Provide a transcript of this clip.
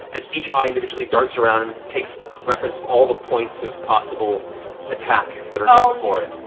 as each eye individually darts around and takes reference of all the points of possible attack that are now before it.